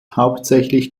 hauptsächlich